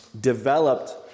developed